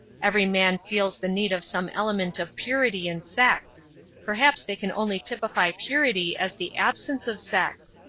every man feels the need of some element of purity in sex perhaps they can only typify purity as the absence of sex.